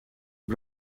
een